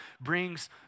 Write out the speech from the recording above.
brings